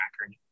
record